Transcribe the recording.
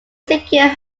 secured